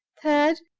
third,